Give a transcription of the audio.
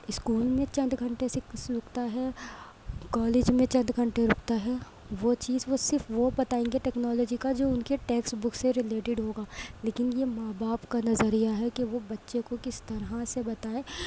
school میں چند گھنٹے سیکھتا ہے کالج میں چند گھنٹے رکتا ہے وہ چیز وہ صرف وہ بتائیں گے ٹیکنالوجی کا جو ان کے ٹیکسٹ بک سے رلیٹیڈ ہو گا لیکن یہ ماں باپ کا نظریہ ہے کہ وہ بچے کو کس طرح سے بتائیں